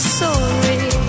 sorry